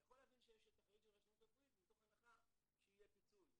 אתה יכול להבין שיש את החריג של רשלנות רפואית מתוך הנחה שיהיה פיצוי.